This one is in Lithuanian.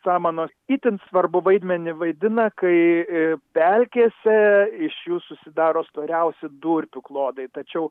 samanos itin svarbų vaidmenį vaidina kai pelkėse iš jų susidaro storiausi durpių klodai tačiau